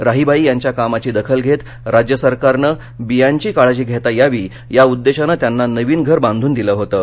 राहीबाई यांच्या कामाची दखल घेत राज्य सरकारनं बियांची काळजी घेता यावी या उद्देशानं त्यांना नवीन घर बांधून दिलं होतं